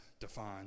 defined